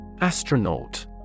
Astronaut